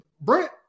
Brent